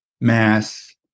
mass